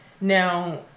Now